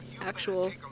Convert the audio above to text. actual